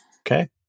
Okay